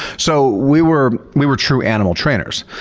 so we were we were true animal trainers.